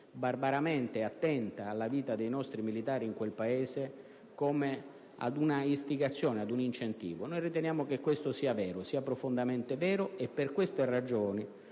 barbaramente attenta alla vita dei nostri militari in quel Paese, come una istigazione o un incentivo. Noi riteniamo che questo sia profondamente vero e per queste ragioni,